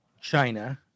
China